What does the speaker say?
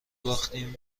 باختیم